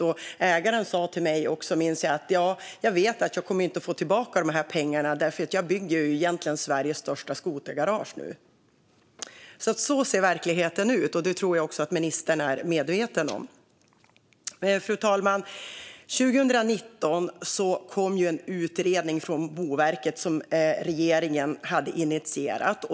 Jag minns att ägaren sa till mig: Jag vet att jag inte kommer att få tillbaka de här pengarna, för jag bygger nu egentligen Sveriges största skotergarage. Så ser verkligheten ut. Det tror jag att ministern är medveten om. Fru talman! År 2019 kom en utredning från Boverket, som regeringen hade initierat.